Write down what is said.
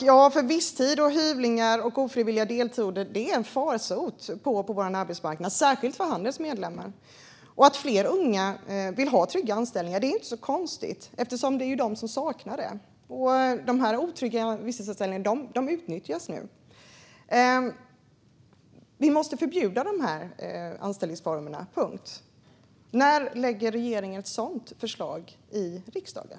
Herr talman! Visstider, hyvlingar och ofrivilliga deltider är en farsot på vår arbetsmarknad, särskilt för Handels medlemmar. Att fler unga vill ha trygga anställningar är inte så konstigt eftersom det är de som saknar det. De otrygga visstidsanställningarna utnyttjas nu. Vi måste förbjuda dessa anställningsformer, punkt. När lägger regeringen fram ett sådant förslag i riksdagen?